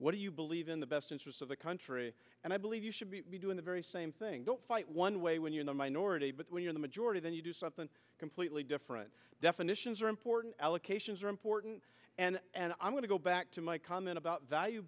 what do you believe in the best interests of the country and i believe you should be doing the very same thing don't fight one way when you're the minority but when you're the majority then you do something completely different definitions are important allocations are important and i'm going to go back to my comment about